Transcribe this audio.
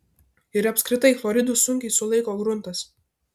ir apskritai chloridus sunkiai sulaiko gruntas